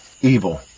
evil